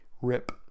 rip